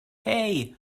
hey